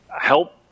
help